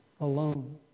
alone